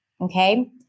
okay